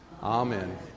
Amen